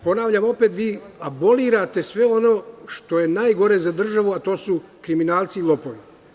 Ponavljam, vi abolirate sve ono što je najgore za državu, a to su kriminalci i lopovi.